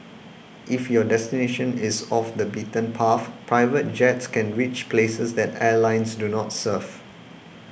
if your destination is off the beaten path private jets can reach places that airlines do not serve